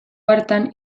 hartan